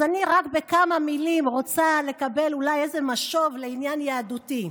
אני בכמה מילים רוצה לקבל אולי משוב לעניין יהדותי.